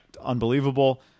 Unbelievable